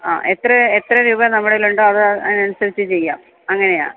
ആ എത്ര എത്ര രൂപ നമ്മുടെ കയ്യിലുണ്ടോ അത് അതിന് അനുസരിച്ച് ചെയ്യാം അങ്ങനെയാ